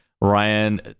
ryan